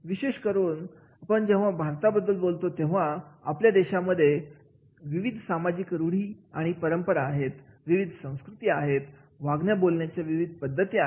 विशेष करून आपण जेव्हा भारताबद्दल बोलतो तेव्हा आपल्या देशामध्ये विविध सामाजिक रूढी आणि परंपरा आहेत विविध संस्कृती आहेत वागण्या बोलण्याच्या विविध पद्धती आहेत